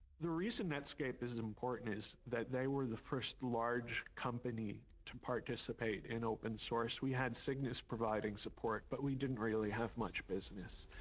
the reason netscape is important is that they were the first large company to participate in open source. we had cygnus providing support, but we didn't really have much business.